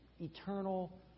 eternal